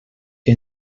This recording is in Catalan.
que